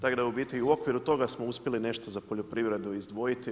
Tako da u biti, u okviru toga smo uspjeli nešto za poljoprivredu izdvojiti.